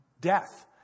death